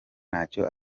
ntacyo